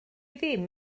ddim